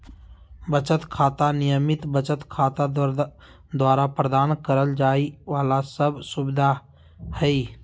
बचत खाता, नियमित बचत खाता द्वारा प्रदान करल जाइ वाला सब सुविधा हइ